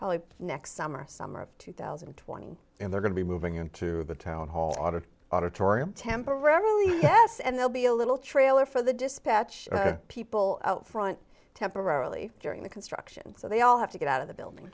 probably next summer summer of two thousand and twenty and they're going to be moving into the town hall out of auditorium temporarily yes and they'll be a little trailer for the dispatch people out front temporarily during the construction so they all have to get out of the building